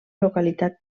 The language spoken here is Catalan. localitat